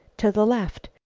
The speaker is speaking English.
to the left,